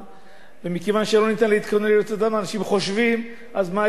ומכיוון שלא ניתן להתכונן לרעידות אדמה אנשים חושבים: אז מה יש לחזק,